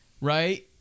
Right